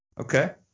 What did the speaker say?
Okay